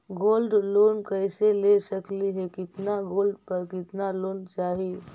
Gold loan कैसे ले सकली हे, कितना गोल्ड पर कितना लोन चाही?